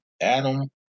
Adam